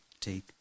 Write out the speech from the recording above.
take